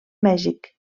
mèxic